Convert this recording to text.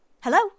Hello